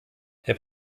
herr